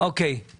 אוקיי.